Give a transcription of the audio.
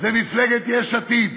זו מפלגת יש עתיד.